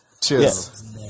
Cheers